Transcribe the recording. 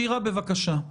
שירה, בבקשה.